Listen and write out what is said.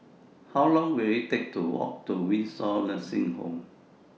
How Long Will IT Take to Walk to Windsor Nursing Home